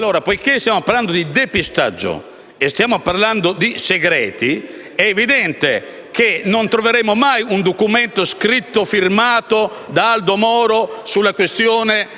poiché stiamo parlando di depistaggio e di segreti, è evidente che non troveremo mai un documento scritto e firmato da Aldo Moro sulla questione